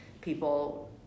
people